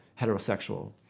heterosexual